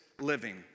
living